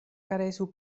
karesu